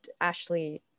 Ashley